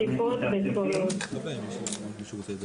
משהו פה לא מסתדר מבחינה לוגית.